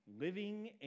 living